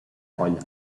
colla